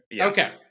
Okay